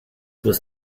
was